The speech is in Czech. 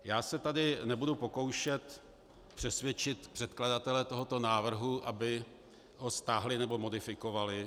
Já se tady nebudu pokoušet přesvědčit předkladatele tohoto návrhu, aby ho stáhli nebo modifikovali.